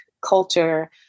culture